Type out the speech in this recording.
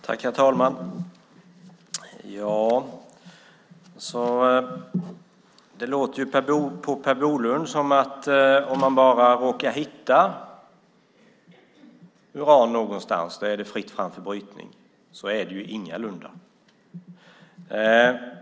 Herr talman! Det låter på Per Bolund som att om man bara råkar hitta uran någonstans är det fritt fram för brytning. Så är det ingalunda.